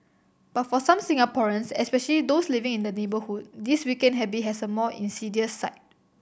but for some Singaporeans especially those living in the neighbourhood this weekend habit has a more insidious side